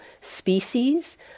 species